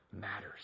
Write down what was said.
matters